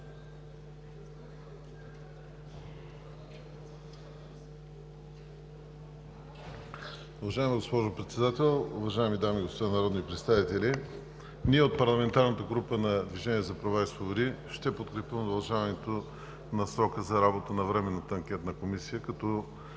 удължаването на срока за работата на Временната анкетна комисия като